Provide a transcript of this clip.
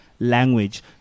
language